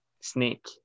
Snake